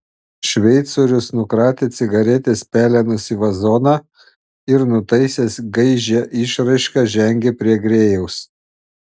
šveicorius nukratė cigaretės pelenus į vazoną ir nutaisęs gaižią išraišką žengė prie grėjaus